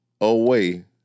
away